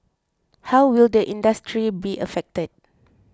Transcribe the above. how will the industry be affected